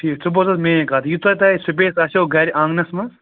ٹھیٖک ژٕ بوز حظ میٛٲنۍ کَتھ ییٖژاہ تۄہہِ سُپیس آسٮ۪و گَرِ آنٛگنَس منٛز